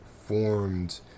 formed